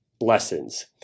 lessons